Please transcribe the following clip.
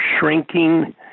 shrinking